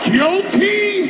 Guilty